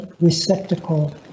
receptacle